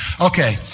Okay